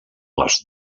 les